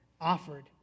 offered